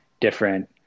different